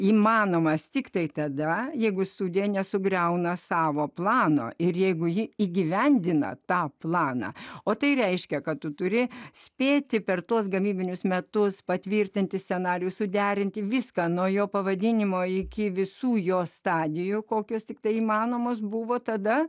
įmanomas tiktai tada jeigu siūlė nesugriauna savo plano ir jeigu ji įgyvendina tą planą o tai reiškia kad turi spėti per tuos gamybinius metus patvirtinti scenarijų suderinti viską nuo jo pavadinimo iki visų jo stadijų kokios tiktai įmanomos buvo tada